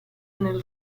nel